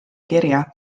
kirja